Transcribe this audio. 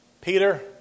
Peter